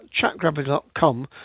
chatgrabber.com